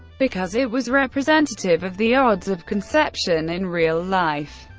because it was representative of the odds of conception in real life.